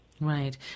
Right